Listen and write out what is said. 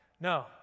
No